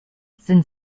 sind